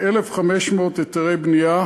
כ-1,500 היתרי בנייה.